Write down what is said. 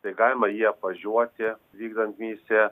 tai galima jį apvažiuoti vykdant misiją